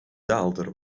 daalder